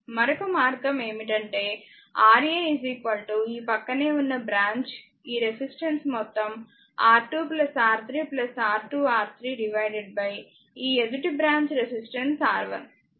మరొక మార్గం ఏమిటంటే Ra ఈ ప్రక్కనే ఉన్న బ్రాంచ్ ఈ రెసిస్టెన్స్ మొత్తం R2R3 R2R3ఈ ఎదుటి బ్రాంచ్ రెసిస్టెన్స్ R 1